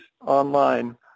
online